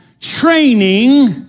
training